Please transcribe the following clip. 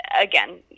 again